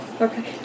Okay